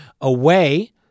away